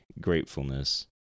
gratefulness